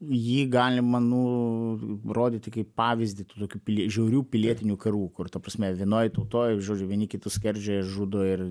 jį galima nu rodyti kaip pavyzdį tų tokių žiaurių pilietinių karų kur ta prasme vienoj tautoj žodžiu vieni kitus skerdžia ir žudo ir